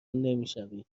نمیشوید